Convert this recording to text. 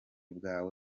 bwawe